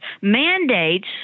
mandates